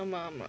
ஆமா:aamaa